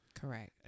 Correct